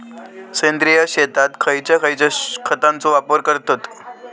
सेंद्रिय शेतात खयच्या खयच्या खतांचो वापर करतत?